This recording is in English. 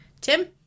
Tim